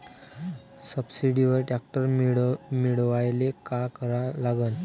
सबसिडीवर ट्रॅक्टर मिळवायले का करा लागन?